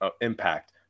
impact